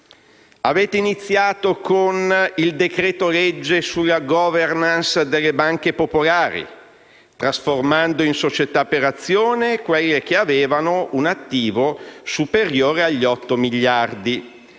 Avete iniziato con il decreto-legge sulla *governance* delle banche popolari, trasformando in società per azioni quelle che avevano un attivo superiore agli 8 miliardi.